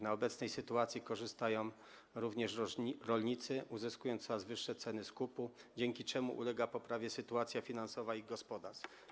Na obecnej sytuacji korzystają również rolnicy, uzyskując coraz wyższe ceny skupu, dzięki czemu ulega poprawie sytuacja finansowa ich gospodarstw”